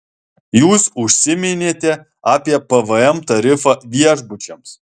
jūs užsiminėte apie pvm tarifą viešbučiams